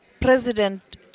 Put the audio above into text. President